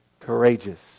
Courageous